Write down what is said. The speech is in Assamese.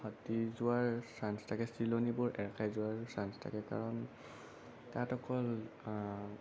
ফাটি যোৱাৰ চাঞ্চ থাকে চিলনিবোৰ এৰ খাই যোৱাৰ চাঞ্চ থাকে কাৰণ তাত অকল